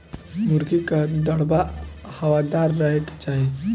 मुर्गी कअ दड़बा हवादार रहे के चाही